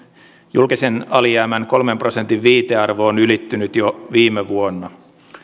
julkisen alijäämän kolmen prosentin viitearvo on ylittynyt jo viime vuonna